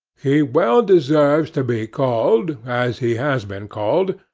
he well deserves to be called, as he has been called,